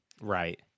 right